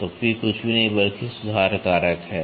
तो P कुछ भी नहीं बल्कि सुधार कारक है